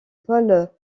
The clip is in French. paul